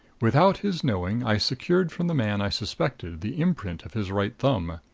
without his knowing, i secured from the man i suspected the imprint of his right thumb.